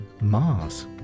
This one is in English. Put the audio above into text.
Mars